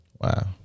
Wow